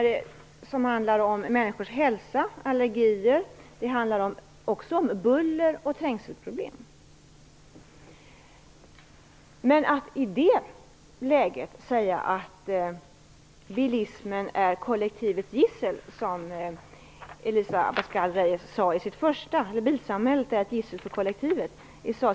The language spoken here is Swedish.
Det handlar om människors hälsa, allergier och också om buller och trängselproblem. Elisa Abascal Reyes sade i sitt första inlägg att bilsamhället är ett gissel för kollektivet.